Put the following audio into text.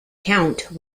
count